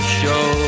show